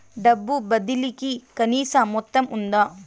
డబ్బు బదిలీ కి కనీస మొత్తం ఉందా?